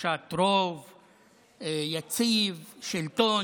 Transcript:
הרגשת רוב יציב, שלטון,